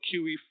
QE